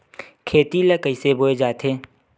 खेती ला कइसे बोय जाथे?